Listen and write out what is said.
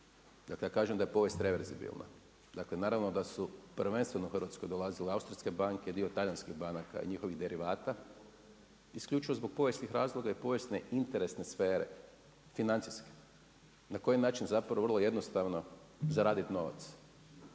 Dakle, ja kažem da je povijest reverzibilna. Dakle, naravno da su prvenstveno u Hrvatsku dolazile austrijske banke, dio talijanskih banaka i njihovih derivata isključivo zbog povijesnih razloga i povijesne interesne sfere, financijske. Na koji način zapravo vrlo jednostavno zaradit novac,